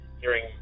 hearing